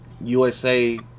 USA